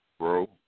grow